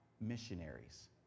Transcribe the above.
missionaries